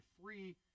three